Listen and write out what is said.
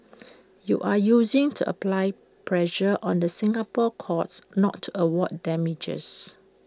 you are using to apply pressure on the Singapore courts not to award damages